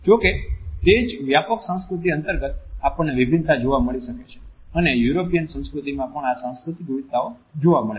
જો કે તે જ વ્યાપક સાંસ્કૃતિક અંતર્ગત આપણને વિભિન્નતા જોવા મળી શકે છે અને યુરોપિયન સંસ્કૃતિમાં પણ આ સાંસ્કૃતિક વિવિધતાઓ જોવા મળે છે